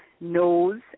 knows